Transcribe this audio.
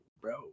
bro